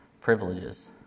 privileges